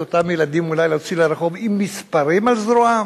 את אותם ילדים אולי להוציא לרחוב עם מספרים על זרועם?